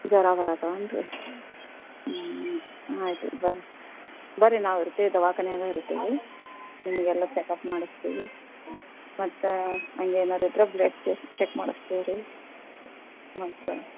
ಜ್ವರ ಬರಾತಾವೇನ್ ರೀ ಹ್ಞೂ ಆಯಿತು ಬನ್ರಿ ಬನ್ರಿ ನಾವು ಇರ್ತೀವಿ ರೀ ದವಾಖಾನ್ಯಾಗ ಇರ್ತೀವಿ ನಿಮಗೆಲ್ಲ ಚೆಕ್ಅಪ್ ಮಾಡಿಸ್ತೀವಿ ಮತ್ತು ಹಂಗೇನಾರು ಇದ್ರೆ ಬ್ಲಡ್ ಚೆಶ್ ಚೆಕ್ ಮಾಡಸ್ತೀವಿ ರೀ ಮತ್ತು